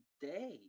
day